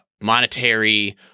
monetary